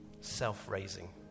self-raising